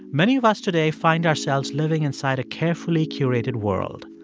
many of us today find ourselves living inside a carefully curated world.